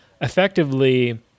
effectively